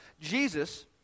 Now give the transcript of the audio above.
Jesus